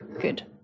good